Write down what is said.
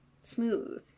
smooth